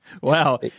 Wow